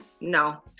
No